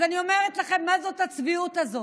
אז אני אומרת לכם, מה זאת הצביעות הזאת?